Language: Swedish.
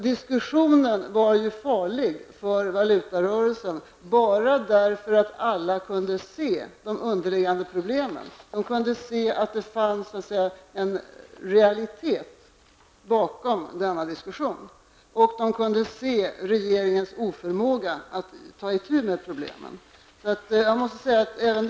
Diskussionen var farlig för valutarörelsen bara därför att alla kunde se de underliggande problemen. De kunde så att säga se att det fanns en realitet bakom denna diskussion. De kunde också se regeringens oförmåga att ta itu med problemen.